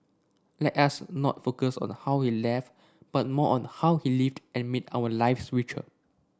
let us not focus on how he left but more on how he lived and made our lives richer